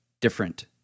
different